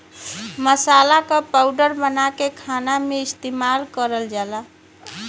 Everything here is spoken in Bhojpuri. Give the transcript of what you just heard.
मसाला क पाउडर बनाके खाना में इस्तेमाल करल जाला